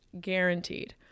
Guaranteed